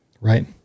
Right